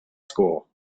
school